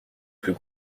plus